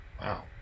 Wow